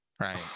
Right